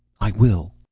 i will.